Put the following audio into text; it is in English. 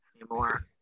anymore